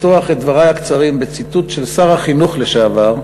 לפתוח את דברי הקצרים בציטוט של שר החינוך לשעבר,